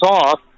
off